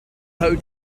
for